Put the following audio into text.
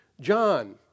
John